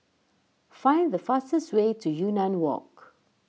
find the fastest way to Yunnan Walk